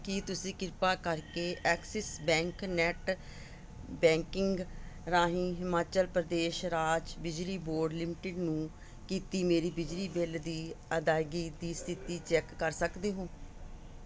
ਕੀ ਤੁਸੀਂ ਕਿਰਪਾ ਕਰਕੇ ਐਕਸਿਸ ਬੈਂਕ ਨੈੱਟ ਬੈਂਕਿੰਗ ਰਾਹੀਂ ਹਿਮਾਚਲ ਪ੍ਰਦੇਸ਼ ਰਾਜ ਬਿਜਲੀ ਬੋਰਡ ਲਿਮਟਿਡ ਨੂੰ ਕੀਤੀ ਮੇਰੀ ਬਿਜਲੀ ਬਿੱਲ ਦੀ ਅਦਾਇਗੀ ਦੀ ਸਥਿਤੀ ਚੈਕ ਕਰ ਸਕਦੇ ਹੋ